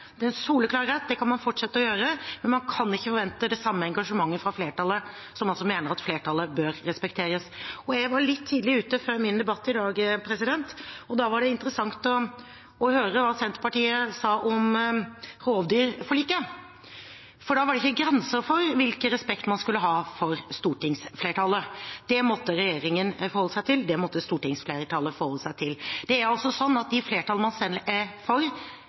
en soleklar rett, og det kan man fortsette å gjøre, men man kan ikke forvente det samme engasjementet fra flertallet, som altså mener at flertallet bør respekteres. Jeg var litt tidlig ute før min debatt i dag. Da var det interessant å høre hva Senterpartiet sa om rovdyrpolitikken, for da var det ikke grenser for hvilken respekt man skulle ha for stortingsflertallet: Det måtte regjeringen forholde seg til, og det måtte stortingsflertallet forholde seg til. De flertallene man selv er for,